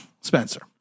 Spencer